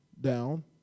down